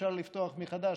ואפשר לפתוח מחדש,